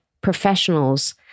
professionals